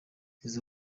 izo